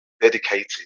dedicated